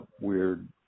weird